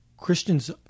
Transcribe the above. Christians